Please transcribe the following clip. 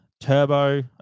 Turbo